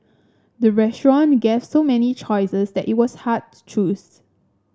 the restaurant gave so many choices that it was hard to choose